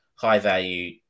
high-value